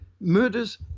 murders